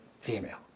female